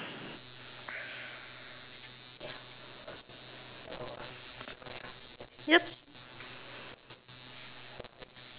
yup